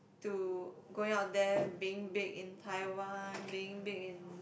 to going out there being big in Taiwan being big in